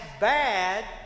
bad